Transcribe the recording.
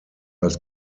als